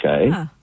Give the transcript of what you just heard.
okay